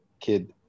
kid